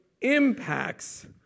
impacts